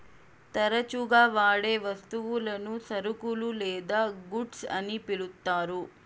తరచుగా వాడే వస్తువులను సరుకులు లేదా గూడ్స్ అని పిలుత్తారు